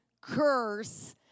curse